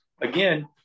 Again